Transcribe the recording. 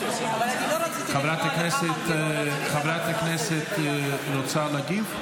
אבל אני לא רציתי לקבוע לך מנגנון --- חברת הכנסת רוצה להגיב?